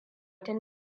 tun